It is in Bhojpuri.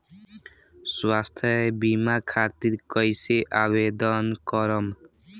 स्वास्थ्य बीमा खातिर कईसे आवेदन करम?